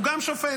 הוא גם שופט,